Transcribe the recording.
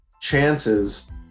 chances